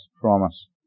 promise